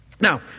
Now